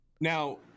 now